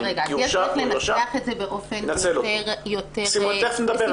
אז יש דרך לנסח את זה באופן יותר --- תיכף נדבר על זה.